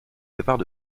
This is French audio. départs